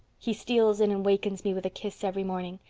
he steals in and wakens me with a kiss every morning.